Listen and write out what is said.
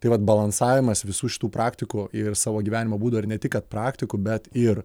tai vat balansavimas visų šitų praktikų ir savo gyvenimo būdo ir ne tik kad praktikų bet ir